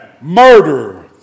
murder